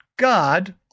God